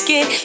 Get